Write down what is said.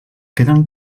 queden